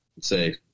Say